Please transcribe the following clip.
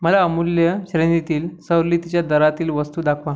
मला अमूल्य श्रेणीतील सवलतीच्या दरातील वस्तू दाखवा